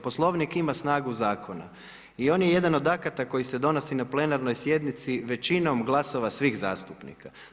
Poslovnik ima snagu zakona i on je jedan od akata koji se donosi na plenarnoj sjednici većinom glasova svih zastupnika.